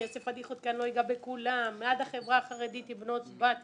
אעשה פאדיחות כי אני לא אגע בכולם עד החברה החרדית עם בנות בתיה,